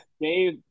Dave